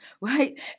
right